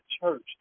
church